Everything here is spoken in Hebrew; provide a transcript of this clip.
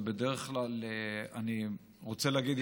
ובדרך כלל אני רוצה להגיד,